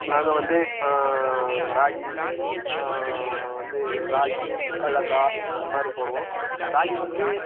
நாங்கள் வந்து ராகி வந்து ராகி கடலக்கா அந்த மாதிரி போடுவோம் ராகி வந்து